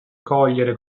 cogliere